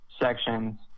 sections